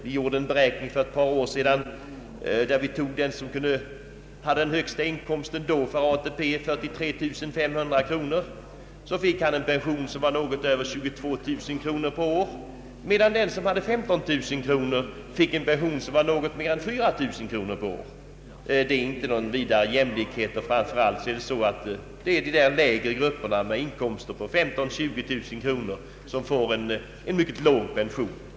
Vi gjorde en beräkning för ett par år sedan som utvisade att den som hade den för ATP högsta inkomsten, nämligen 43500 kronor per år, fick en ATP-pension som var något över 22000 kronor per år, medan den som hade en inkomst av 15 000 kronor per år, fick en pension som var något mer än 4000 kronor per år. Detta är inte någon jämlikhet, och framför allt är det inkomsttagare med inkomster på mellan 15 000 och 20 000 kronor per år som får mycket låg pension.